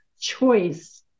choice